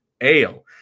Ale